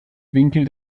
winkel